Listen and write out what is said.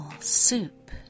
soup